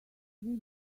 three